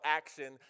action